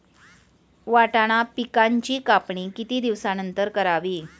वाटाणा पिकांची कापणी किती दिवसानंतर करावी?